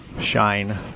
shine